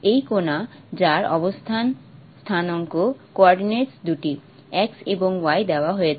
এই কণা যার অবস্থান স্থানাঙ্ক দুটি x এবং y দেওয়া হয়েছে